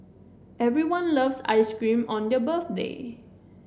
everyone loves ice cream on their birthday